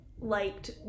liked